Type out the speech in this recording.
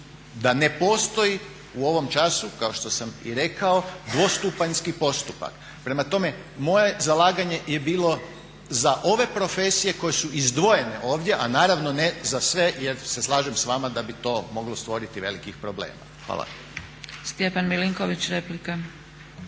da ne postoji u ovom času kao što sam i rekao dvostupanjski postupak. Prema tome, moje zalaganje je bilo za ove profesije koje su izdvojene ovdje, a naravno ne za sve jer se slažem s vama da bi to moglo stvoriti velikih problema. Hvala.